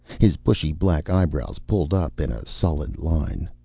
his bushy black eyebrows pulled up in a sullen line.